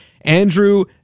Andrew